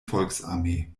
volksarmee